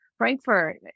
frankfurt